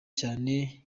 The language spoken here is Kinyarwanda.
cyane